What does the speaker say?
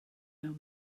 mewn